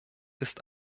ist